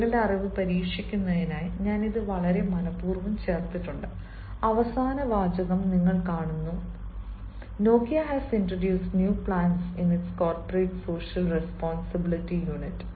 നിങ്ങളുടെ അറിവ് പരീക്ഷിക്കുന്നതിനായി ഞാൻ ഇത് വളരെ മനപൂർവ്വം ചേർത്തിട്ടുണ്ട് അവസാന വാചകം നിങ്ങൾ കാണുന്നു " Nokia has introduced new plans in kids corporate social responsibility unit